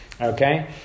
okay